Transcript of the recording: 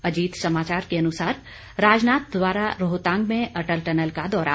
अजीत समाचार के शब्द हैं राजनाथ द्वारा रोहतांग में अटल टनल का दौरा